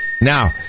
Now